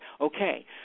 Okay